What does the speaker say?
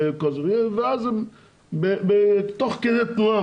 ואז תוך כדי תנועה,